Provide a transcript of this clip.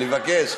אני מבקש.